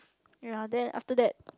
ya then after that